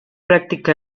practica